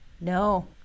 No